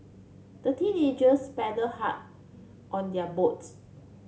the teenagers paddled hard on their boats